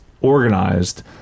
organized